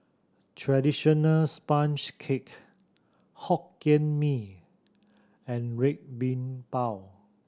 traditional sponge cake Hokkien Mee and Red Bean Bao